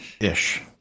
Ish